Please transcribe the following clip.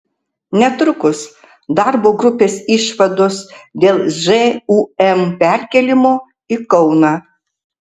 netrukus darbo grupės išvados dėl žūm perkėlimo į kauną